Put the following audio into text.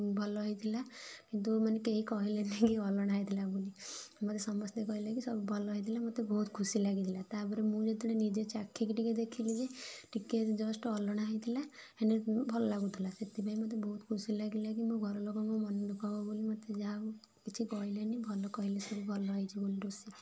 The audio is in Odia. ଭଲ ହେଇଥିଲା କିନ୍ତୁ ମାନେ କେହି କହିଲେନି କି ଅଲଣା ହେଇଥିଲା ବୋଲି ମୋତେ ସମସ୍ତେ କହିଲେ କି ସବୁ ଭଲ ହୋଇଥିଲା ମୋତେ ବହୁତ ଖୁସି ଲାଗିଥିଲା ତାପରେ ମୁଁ ଯେତେବେଳେ ନିଜେ ଚାଖିକି ଟିକେ ଦେଖିଲି ଯେ ଟିକେ ଜଷ୍ଟ ଅଲଣା ହୋଇଥିଲା ହେନେ ଭଲ ଲାଗୁଥିଲା ସେଥିପାଇଁ ମୋତେ ବହୁତ ଖୁସି ଲାଗିଲା କି ମୋ ଘର ଲୋକ ମୋ ମନ ଦୁଃଖ ହେବ ବୋଲି ମୋତେ ଯାହା ହେଉ କିଛି କହିଲେନି ଭଲ କହିଲେ ସବୁ ଭଲ ହୋଇଛି ବୋଲି ରୋଷେଇ